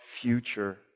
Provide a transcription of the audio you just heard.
future